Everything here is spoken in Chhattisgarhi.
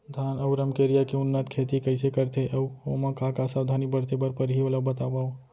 धान अऊ रमकेरिया के उन्नत खेती कइसे करथे अऊ ओमा का का सावधानी बरते बर परहि ओला बतावव?